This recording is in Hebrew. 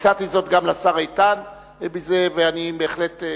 הצעתי זאת גם לשר איתן, ואני בהחלט,